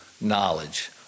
knowledge